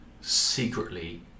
secretly